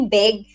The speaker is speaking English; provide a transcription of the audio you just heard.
big